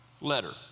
letter